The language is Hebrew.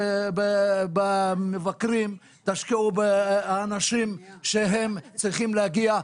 תשקיעו במבקרים, תשקיעו באנשים שהם צריכים להגיע.